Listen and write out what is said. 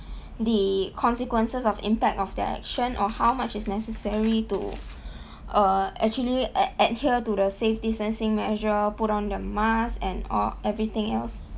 the consequences of impact of their action or how much is necessary to err actually ad~ adhere to the safety distancing measure put on their mask and all everything else